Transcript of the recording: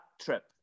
trip